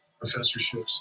professorships